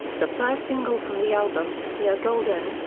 the first single from the album, we are golden,